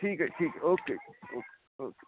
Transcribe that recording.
ਠੀਕ ਹੈ ਠੀਕ ਹੈ ਓਕੇ